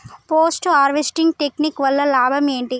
Post harvesting technique వల్ల లాభం ఏంటి?